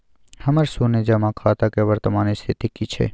हमर शुन्य जमा खाता के वर्तमान स्थिति की छै?